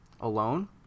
alone